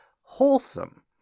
wholesome